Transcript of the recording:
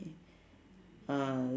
uh